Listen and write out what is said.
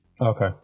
Okay